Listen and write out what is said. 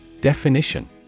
Definition